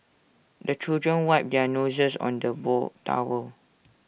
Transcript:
the children wipe their noses on the wall towel